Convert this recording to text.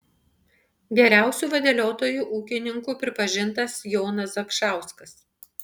geriausiu vadeliotoju ūkininku pripažintas jonas zakšauskas